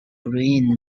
green